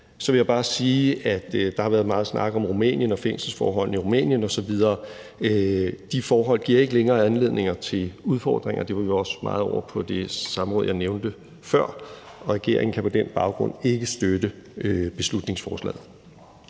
er jo hjemlandet. Der har været meget snak om Rumænien og fængselsforholdene i Rumænien osv., men der vil jeg bare sige, at de forhold ikke længere giver anledning til udfordringer, og det var vi også meget inde over på det samråd, jeg nævnte før. Regeringen kan på den baggrund ikke støtte beslutningsforslaget.